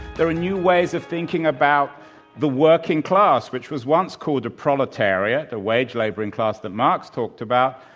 there are new ways of thinking about the working class which was once called the proletariat, the wage laboring class that marx talked about.